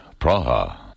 Praha